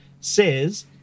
says